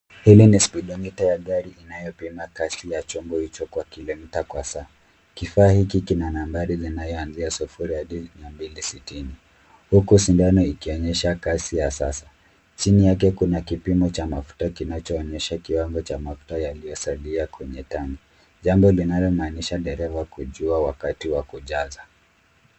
Hili ni spidometa ya gari inayopima kasi ya chombo hicho kwa kilomita kwa saa. Kifaa hiki kina nambari zinazoanzia sufuri hadi mia mbili na sitini, huku sindano ikionyesha kasi ya sasa. Chini yake kuna kipimo cha mafuta kinachoonyesha kiwango cha mafuta yaliyosalia kwenye tanki, jambo linalomaanisha dereva kujua wakati wa kujaza.